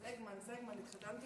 סגמן, סגמן.